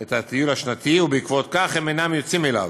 את הטיול השנתי ובעקבות כך הם אינם יוצאים אליו.